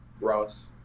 Ross